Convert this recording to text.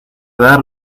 dar